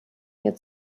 mir